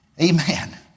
Amen